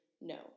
no